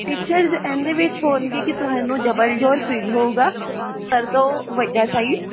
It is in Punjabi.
ਫੀਚਰਸ ਇਸ ਦੇ ਵਿੱਚ ਹੋਣਗੇ ਕੀ ਤੁਹਾਨੂੰ ਡਬਲ ਡੋਰ ਫਰਿੱਜ ਹੋਊਗਾ ਸਾਰਿਆਂ ਤੋਂ ਵੱਡਾ ਸਾਈਜ